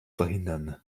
verhindern